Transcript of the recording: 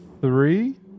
three